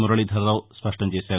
మురళీధరరావు స్పష్టం చేశారు